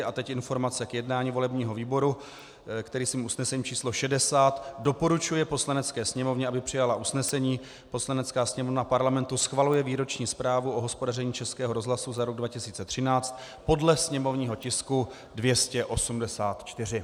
A teď informace k jednání volebního výboru, který svým usnesením č. 60 doporučuje Poslanecké sněmovně, aby přijala usnesení: Poslanecká sněmovna Parlamentu ČR schvaluje Výroční zprávu o hospodaření Českého rozhlasu za rok 2013 podle sněmovního tisku 284.